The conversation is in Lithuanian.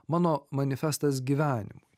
mano manifestas gyvenimui